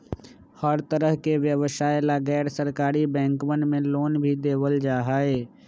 हर तरह के व्यवसाय ला गैर सरकारी बैंकवन मे लोन भी देवल जाहई